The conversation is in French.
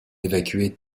évacué